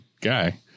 guy